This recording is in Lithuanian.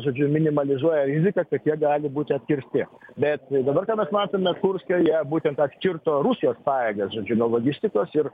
žodžiu minimalizuoja riziką kad jie gali būti atkirsti bet dabar ką mes matome kurske jie būtent atkirto rusijos pajėgas žodžiu nuo logistikos ir